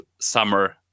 summer